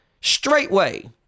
straightway